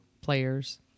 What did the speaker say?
players